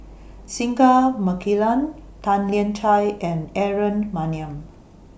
Singai Mukilan Tan Lian Chye and Aaron Maniam